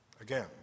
again